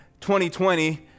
2020